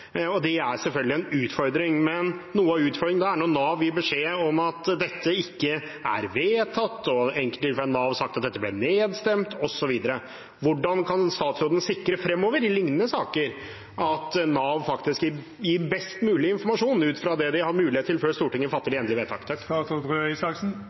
Det er selvfølgelig en utfordring. Men noe av utfordringen da er når Nav gir beskjed om at dette ikke er vedtatt, og i enkelte tilfeller har Nav sagt at dette ble nedstemt, osv. Hvordan kan statsråden sikre at Nav i lignende saker fremover faktisk gir best mulig informasjon ut fra det de har mulighet til, før Stortinget fatter